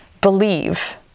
believe